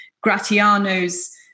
Gratiano's